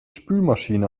spülmaschine